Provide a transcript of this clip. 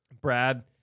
Brad